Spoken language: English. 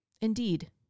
Indeed